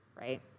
right